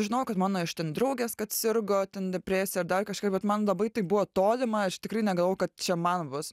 žinojau kad mano iš ten draugės kad sirgo depresija ar dar kažkaip bet man labai tai buvo tolima aš tikrai negalvojau kad čia man bus